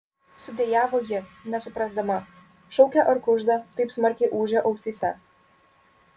sudejavo ji nesuprasdama šaukia ar kužda taip smarkiai ūžė ausyse